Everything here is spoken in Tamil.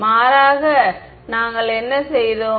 மாறாக நாங்கள் என்ன செய்தோம்